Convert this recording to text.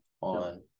on